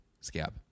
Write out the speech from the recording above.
Scab